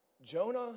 Jonah